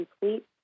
complete